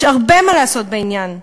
יש הרבה מה לעשות בעניין.